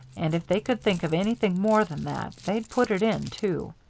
and if they could think of anything more than that, they'd put it in, too.